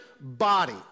body